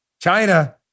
China